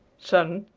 son,